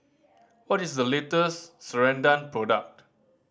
what is the latest Ceradan product